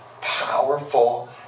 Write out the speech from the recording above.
powerful